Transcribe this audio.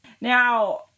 Now